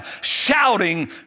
shouting